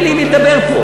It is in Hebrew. אין לי עם מי לדבר פה.